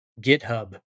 GitHub